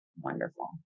wonderful